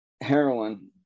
heroin